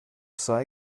sei